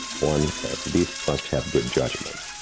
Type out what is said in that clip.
one at least, must have good judgment.